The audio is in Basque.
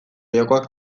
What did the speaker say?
jokoak